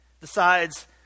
decides